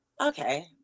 okay